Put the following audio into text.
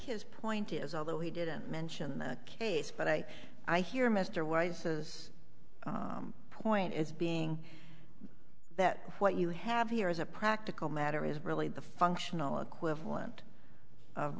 his point is although he didn't mention it but i i hear mr weiss is point is being that what you have here is a practical matter is really the functional equivalent of